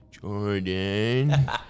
Jordan